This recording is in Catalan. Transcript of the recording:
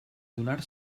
adonar